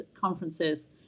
conferences